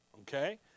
Okay